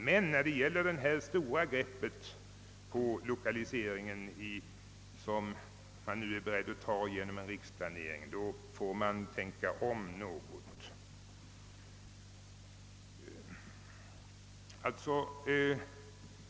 Men när det gäller det stora grepp på lokaliseringen, som «inrikesministern nu är beredd att ta genom en riksplanering, anser jag att man i viss utsträckning får tänka om.